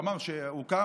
הוא אמר שהוא קם,